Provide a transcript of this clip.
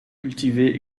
cultivée